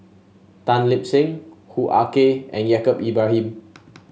Tan Lip Seng Hoo Ah Kay and Yaacob Ibrahim